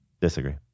Disagree